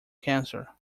cancer